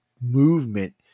movement